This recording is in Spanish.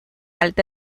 alta